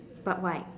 but why